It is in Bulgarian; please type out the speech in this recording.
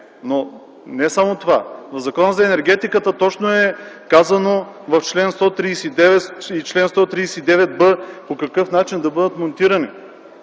И не само това. В Закона за енергетиката точно е казано в чл. 139 и чл. 139б по какъв начин да бъдат монтирани.